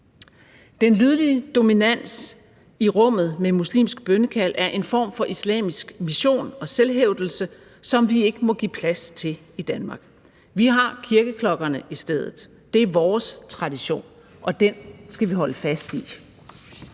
Den lydlige dominans i rummet med muslimsk bønnekald er en form for islamisk mission og selvhævdelse, som vi ikke må give plads til i Danmark. Vi har kirkeklokkerne i stedet. Det er vores tradition, og den skal vi holde fast i.